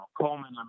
Coleman